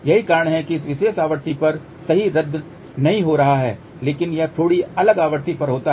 यही कारण है कि इस विशेष आवृत्ति पर सही रद्द नहीं हो रहा है लेकिन यह थोड़ी अलग आवृत्ति पर होता है